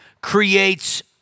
creates